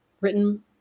written